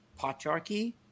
patriarchy